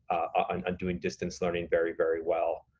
on um doing distance learning very, very well,